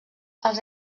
els